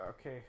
Okay